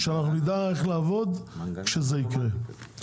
שנדע איך לעבוד כשזה יקרה.